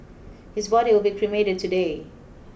his body will be cremated today